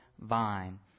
vine